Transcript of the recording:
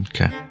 Okay